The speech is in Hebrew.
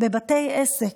בבתי עסק,